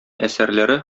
әсәрләре